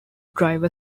drive